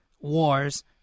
wars